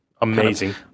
Amazing